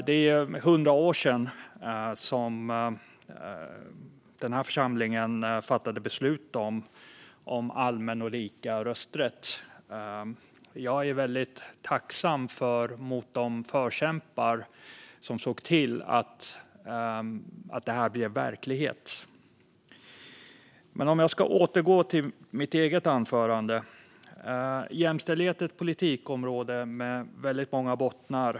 Det är 100 år sedan den här församlingen fattade beslut om allmän och lika rösträtt. Jag är väldigt tacksam mot de förkämpar som såg till att det här blev verklighet. Jämställdhet är ett politikområde med väldigt många bottnar.